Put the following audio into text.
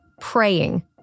Praying